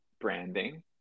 branding